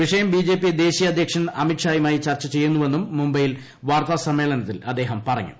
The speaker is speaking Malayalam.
വിഷയം ബിജെപി ദേശീയ അദ്ധ്യക്ഷൻ അമിത്ഷായുമായി ചർച്ച ചെയ്യുന്നുവെന്നും മുംബൈയിൽ വാർത്താസമ്മേളനത്തിൽ അദ്ദേഹം പറഞ്ഞു